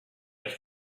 have